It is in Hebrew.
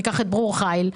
ניקח את ברור חיל.